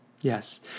Yes